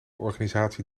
organisatie